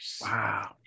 Wow